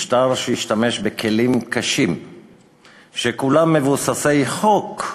משטר שהשתמש בכלים קשים שכולם מבוססי חוק,